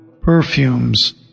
perfumes